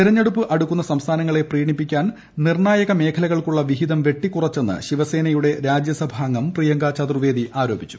തെരഞ്ഞെടുപ്പ് നടക്കുന്ന സംസ്ഥാനങ്ങളെ പ്രീണിപ്പിക്കാൻ നിർണ്ണായക മേഖലകൾക്കുള്ള വിഹിതം വെട്ടിക്കുറച്ചെന്ന് ശിവസേനയുടെ രാജ്യസഭാംഗം പ്രിയങ്ക ചതുർവേദി ആരോപിച്ചു